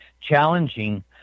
challenging